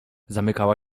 zamykała